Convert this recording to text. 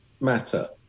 matter